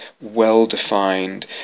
well-defined